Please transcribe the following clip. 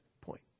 point